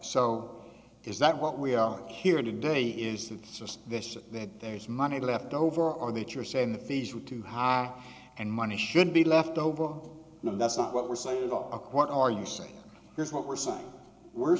so is that what we are hearing today is the suspicion that there is money left over or that you're saying the fees were too high and money should be left over oh no that's not what we're saying what are you saying here's what we're saying we're